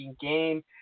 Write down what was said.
game